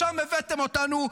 לשם הבאתם אותנו,